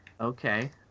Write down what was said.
Okay